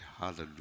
Hallelujah